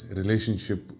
relationship